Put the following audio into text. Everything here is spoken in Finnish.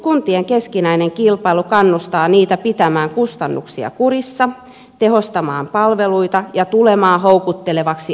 kuntien keskinäinen kilpailu kannustaa niitä pitämään kustannuksia kurissa tehostamaan palveluita ja tulemaan houkuttelevaksi asuinpaikaksi